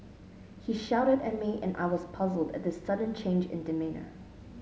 he shouted at me and I was puzzled at this sudden change in demeanour